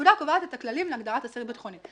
הפקודה קובעת את הכללים להגדרת אסיר ביטחוני.